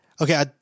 okay